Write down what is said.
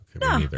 No